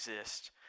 exist